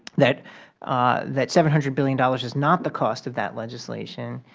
that that seven hundred billion dollars is not the cost of that legislation,